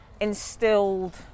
instilled